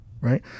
right